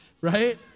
Right